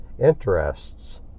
interests